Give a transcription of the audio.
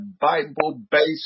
Bible-based